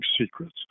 secrets